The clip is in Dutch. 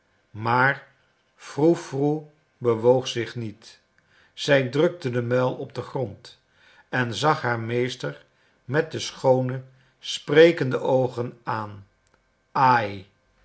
rukken maar froe froe bewoog zich niet zij drukte den muil op den grond en zag haar meester met de schoone sprekende oogen aan a h